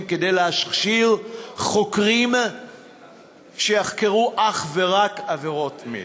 כדי להכשיר חוקרים שיחקרו אך ורק עבירות מין.